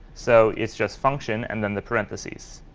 so it's just function and then the parentheses.